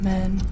Men